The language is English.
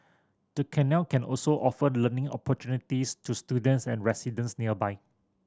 the canal can also offered learning opportunities to students and residents nearby